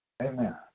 Amen